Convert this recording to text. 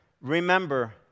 Remember